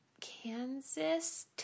kansas